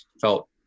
Felt